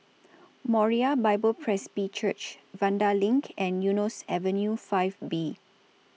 Moriah Bible Presby Church Vanda LINK and Eunos Avenue five B